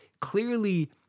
clearly